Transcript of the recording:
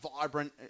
vibrant